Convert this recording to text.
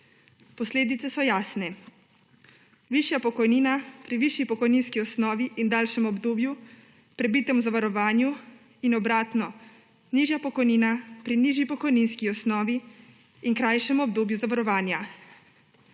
Posledice so jasne, višja pokojnina pri višji pokojninski osnovi in daljšem obdobju, prebitem v zavarovanju, in obratno, nižja pokojnina pri nižji pokojninski osnovi in krajšem obdobju zavarovanja.